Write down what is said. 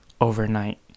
overnight